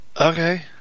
Okay